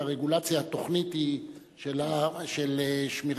והרגולציה התוכנית היא של שמירת